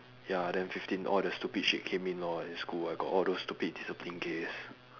ya then fifteen all the stupid shit came in lor at school I got all those stupid discipline case